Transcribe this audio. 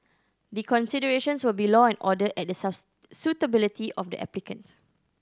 the considerations will be law and order and the suitability of the applicant